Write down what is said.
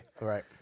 Right